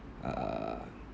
uh